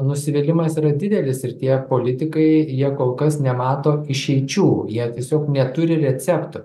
nusivylimas yra didelis ir tie politikai jie kol kas nemato išeičių jie tiesiog neturi recepto